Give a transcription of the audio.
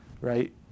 right